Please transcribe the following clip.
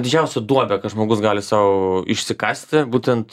didžiausia duobė kad žmogus gali sau išsikasti būtent